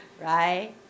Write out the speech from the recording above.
Right